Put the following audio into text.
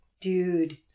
dude